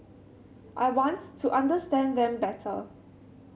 I want to understand them better